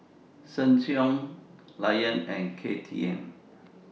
Sheng Siong Lion and KTM